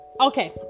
Okay